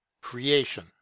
creation